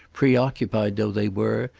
preoccupied though they were,